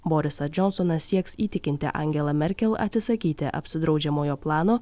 borisą džonsoną sieks įtikinti angela merkel atsisakyti apsidraudžiamojo plano